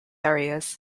areas